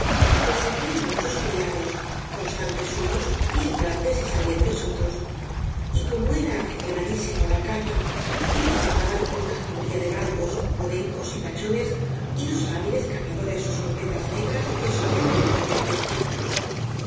le servían muchos criados constan tes unos y entrantes y salientes otros y como era aficionadísimo á la caza no le faltaban una jauría de galgos podencos y pachones y dos hábiles ca zadores ó escopetas negras que solían